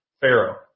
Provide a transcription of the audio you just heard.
Pharaoh